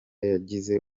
yagize